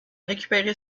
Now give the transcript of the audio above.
récupéré